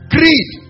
Greed